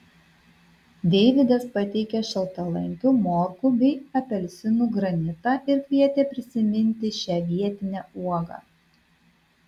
deivydas pateikė šaltalankių morkų bei apelsinų granitą ir kvietė prisiminti šią vietinę uogą